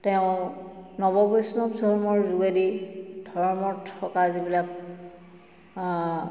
তেওঁ নৱবৈষ্ণৱ ধৰ্মৰ যোগেদি ধৰ্মত থকা যিবিলাক